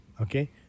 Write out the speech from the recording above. okay